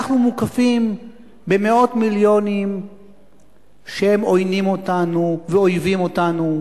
אנחנו מוקפים במאות מיליונים שהם עוינים אותנו ואויבים אותנו.